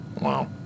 Wow